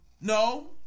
No